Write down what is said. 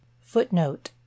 Footnote